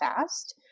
fast